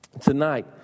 Tonight